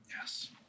Yes